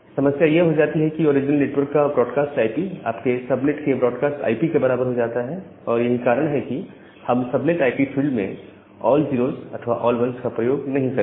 समस्या यह हो जाती है की ओरिजिनल नेटवर्क का ब्रॉडकास्ट आईपी आपके सबनेट के ब्रॉडकास्ट आई पी के बराबर हो जाता है और यही कारण है कि हम सबनेट आईपी फील्ड में ऑल 0s अथवा ऑल 1s का प्रयोग नहीं करते